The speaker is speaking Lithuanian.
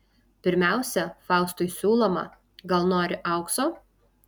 pirmiausia faustui siūloma gal nori aukso